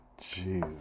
Jesus